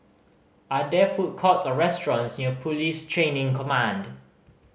are there food courts or restaurants near Police Training Command